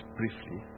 briefly